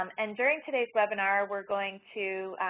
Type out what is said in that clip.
um and during today's webinar, we are going to,